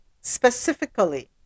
Specifically